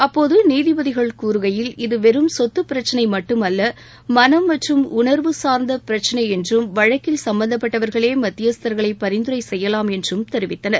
அப்போது நீதிபதிகள் கூறுகையில் இது வெறும் சொத்து பிரச்சினை மட்டும் அல்ல மனம் மற்றும் உணர்வு சார்ந்த பிரச்சினை என்றும் வழக்கில் சம்பந்தப்பட்டவர்களே மத்தியஸ்தர்களை பரிந்துரை செய்யலாம் என்றும் தெரிவித்தனர்